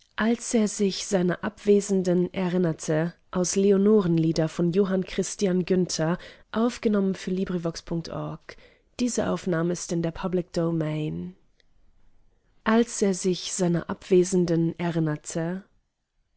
als er sich seiner abwesenden erinnerte